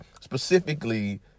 specifically